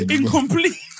Incomplete